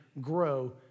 grow